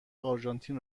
آرژانتین